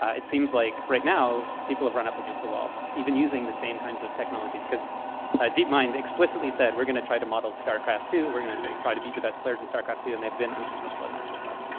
it seems like right now, people have run up against a wall, even using the same kinds of technologies. because ah deepmind explicitly said, we're going to try to model starcraft ii. we're going to try to beat the best players in starcraft ii, and they've been unsuccessful in that so far.